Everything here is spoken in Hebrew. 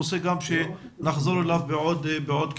זה נושא שנחזור אליו גם בעוד כשבוע.